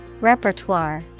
Repertoire